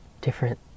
different